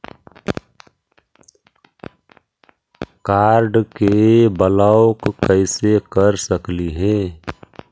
Card के block कैसे कर सकली हे?